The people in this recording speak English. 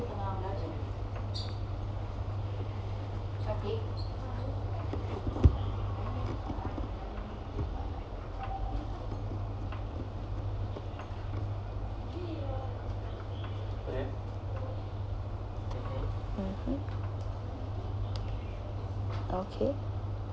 mmhmm okay